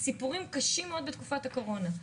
היו סיפורים קשים בתקופת הקורונה.